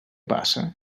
passa